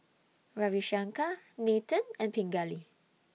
Ravi Shankar Nathan and Pingali